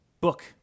book